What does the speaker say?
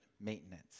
maintenance